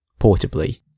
portably